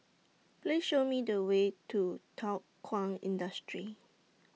Please Show Me The Way to Thow Kwang Industry